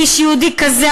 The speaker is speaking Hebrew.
איש יהודי כזה,